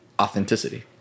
authenticity